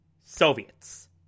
Soviets